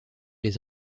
les